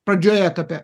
pradžioje etape